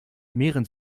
mehren